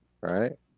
right